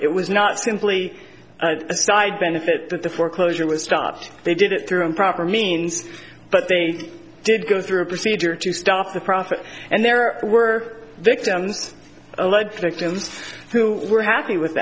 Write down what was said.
it was not simply a side benefit that the foreclosure was stopped they did it through improper means but they did go through a procedure to stop the profit and there were victims alleged victims who were happy with